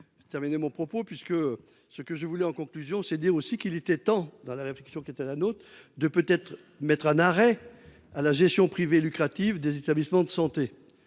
Terminer mon propos puisque ce que je voulais en conclusion c'est dire aussi qu'il était temps, dans la réflexion qui était la note de peut-être mettre un arrêt à la gestion privée lucrative des établissements de santé,